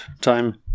time